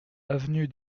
avenue